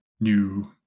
new